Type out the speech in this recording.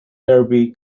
derby